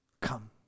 come